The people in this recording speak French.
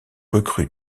recrue